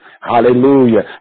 Hallelujah